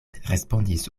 respondis